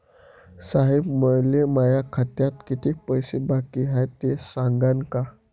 साहेब, मले माया खात्यात कितीक पैसे बाकी हाय, ते सांगान का?